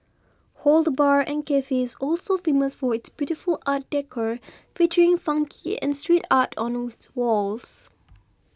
Hood Bar and cafe is also famous for its beautiful art decor featuring funky and street art on those walls